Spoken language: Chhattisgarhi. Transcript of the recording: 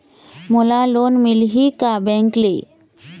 मोला लोन मिलही का बैंक ले?